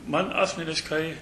man asmeniškai